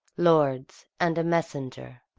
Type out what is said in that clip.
lords, and a messenger.